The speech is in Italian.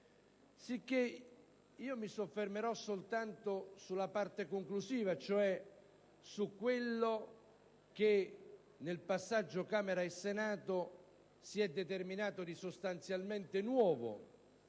Sicché mi soffermerò soltanto sulla parte conclusiva, cioè su quello che nel passaggio tra Camera e Senato si è determinato di sostanzialmente nuovo